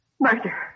murder